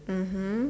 mmhmm